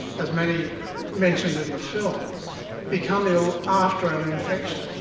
as many mentioned film become ill after an infection.